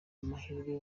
mahirwe